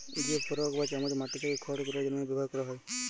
যে ফরক বা চামচ মাটি থ্যাকে খড় তুলার জ্যনহে ব্যাভার ক্যরা হয়